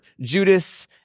Judas